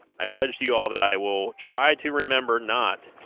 i pledge to you all that i will try to remember not